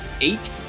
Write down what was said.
eight